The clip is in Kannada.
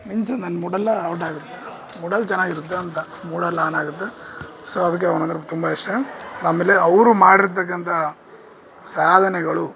ಮಿಂಚು ನನ್ನ ಮೂಡೆಲ್ಲಾ ಔಟ್ ಆಗುತ್ತೆ ಮೂಡೆಲ್ಲ ಚೆನ್ನಾಗಿರುತ್ತೆ ಅಂತ ಮೂಡೆಲ್ಲ ಆನ್ ಆಗುತ್ತೆ ಸೋ ಅದಕ್ಕೆ ಅವನಂದ್ರೆ ತುಂಬ ಇಷ್ಟ ಆಮೇಲೆ ಅವರು ಮಾಡಿರ್ತಕ್ಕಂಥ ಸಾಧನೆಗಳು